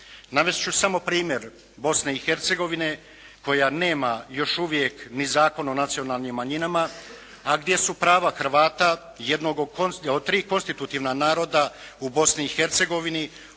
Navesti ću samo primjer Bosne i Hercegovine koja nema još uvijek ni Zakon o nacionalnim manjinama, a gdje su prava Hrvata jednog od tri konstitutivna naroda u Bosni i Hercegovini, u nekim